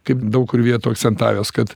kaip daug kur vietų akcentavęs kad